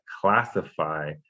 classify